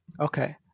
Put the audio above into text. Okay